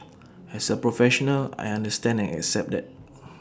as A professional I understand and accept that